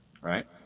right